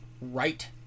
right